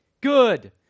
Good